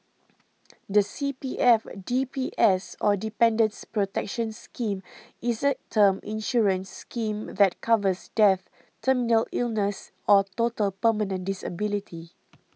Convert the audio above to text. the C P F D P S or Dependants' Protection Scheme is a term insurance scheme that covers death terminal illness or total permanent disability